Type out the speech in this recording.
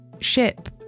ship